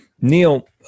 Neil